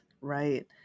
Right